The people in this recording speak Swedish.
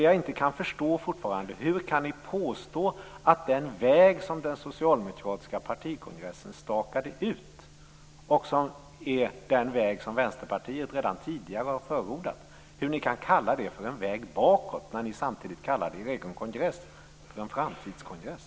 Jag kan dock fortfarande inte förstå hur ni kan påstå att den väg som den socialdemokratiska partikongressen stakade ut och som är den väg som Vänsterpartiet redan tidigare har förordat är en väg bakåt, samtidigt som ni kallar er egen kongress en framtidskongress.